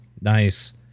Nice